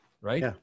right